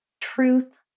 truth